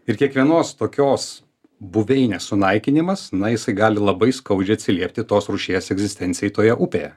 ir kiekvienos tokios buveinės sunaikinimas na jisai gali labai skaudžiai atsiliepti tos rūšies egzistencijai toje upėje